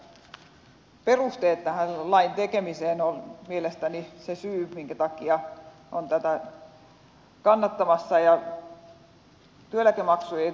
tässä perusteet tähän lain tekemiseen on mielestäni se syy minkä takia olen tätä kannattamassa